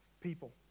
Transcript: people